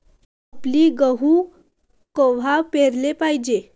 खपली गहू कवा पेराले पायजे?